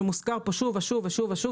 שהוא מוזכר פה שוב ושוב ושוב,